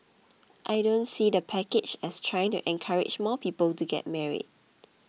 I don't see the package as trying to encourage more people to get married